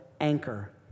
anchor